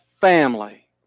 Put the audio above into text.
family